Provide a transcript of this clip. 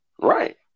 right